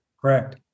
Correct